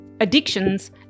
addictions